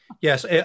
Yes